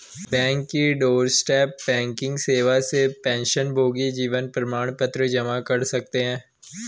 bank की doorstep banking सेवा से पेंशनभोगी जीवन प्रमाण पत्र जमा कर सकते हैं